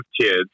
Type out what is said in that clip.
kids